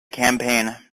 campaign